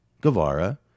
Guevara